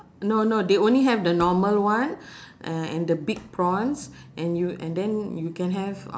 no no they only have the normal one uh and the big prawns and you and then you can have uh